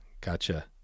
Gotcha